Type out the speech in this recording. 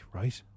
right